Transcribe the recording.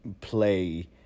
play